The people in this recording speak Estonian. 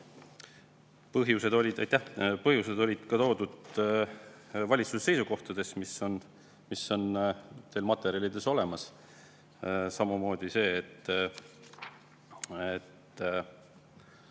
Põhjused on toodud valitsuse seisukohtades, mis on teil materjalide seas olemas. Samamoodi see, et